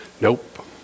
Nope